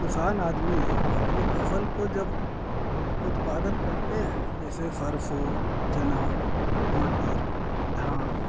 किसान आदमी अपने फसल को जब उत्पादन करते हैं जैसे सरसों चना मटर धान